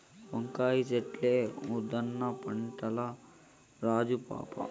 వంకాయ చెట్లే ఉద్దాన పంటల్ల రాజు పాపా